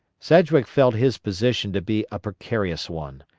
sedgwick felt his position to be a precarious one.